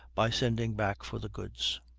by sending back for the goods.